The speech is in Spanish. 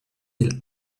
del